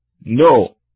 no